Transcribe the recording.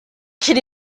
could